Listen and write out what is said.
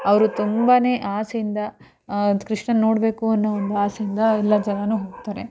ಅವರು ತುಂಬನೇ ಆಸೆಯಿಂದ ಕೃಷ್ಣನ ನೋಡಬೇಕು ಅನ್ನೋ ಒಂದು ಆಸೆಯಿಂದ ಎಲ್ಲ ಜನರೂ ಹೋಗ್ತಾರೆ